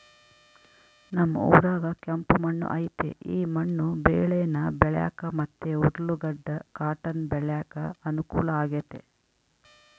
ನಮ್ ಊರಾಗ ಕೆಂಪು ಮಣ್ಣು ಐತೆ ಈ ಮಣ್ಣು ಬೇಳೇನ ಬೆಳ್ಯಾಕ ಮತ್ತೆ ಉರ್ಲುಗಡ್ಡ ಕಾಟನ್ ಬೆಳ್ಯಾಕ ಅನುಕೂಲ ಆಗೆತೆ